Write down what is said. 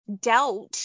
doubt